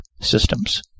systems